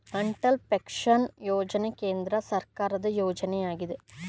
Atal pension ಯೋಜನೆ ಕೇಂದ್ರ ಸರ್ಕಾರದ ಯೋಜನೆಯಗಿದೆ